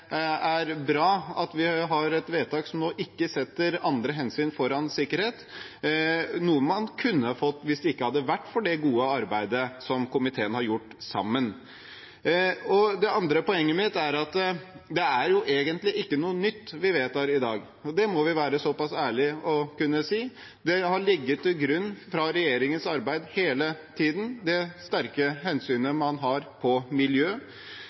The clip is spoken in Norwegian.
er bra at vi nå får et vedtak som ikke setter andre hensyn foran sikkerhet, noe man kunne fått hvis det ikke hadde vært for det gode arbeidet som komiteen har gjort sammen. Det andre poenget mitt er at det er egentlig ikke noe nytt vi vedtar i dag – det må vi være såpass ærlige at vi sier. Det har ligget til grunn for regjeringens arbeid hele tiden det sterke hensynet til miljø, og næringslivsutvikling, arkitektur og sikkerhet har